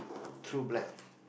true blood